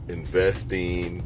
investing